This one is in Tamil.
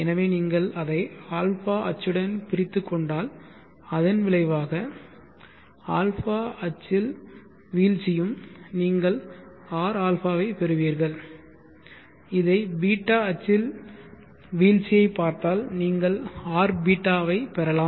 எனவே நீங்கள் அதை α அச்சுடன் பிரித்து கொண்டால் அதன் விளைவாக α அச்சில் வீழ்ச்சியும் நீங்கள் rα ஐப் பெறுவீர்கள் இதை ß அச்சில் வீழ்ச்சியை பார்த்தால் நீங்கள் rß பெறலாம்